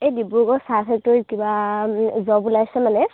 এই ডিব্ৰুগড় চাহ ফেক্টৰীত কিবা জব ওলাইছে মানে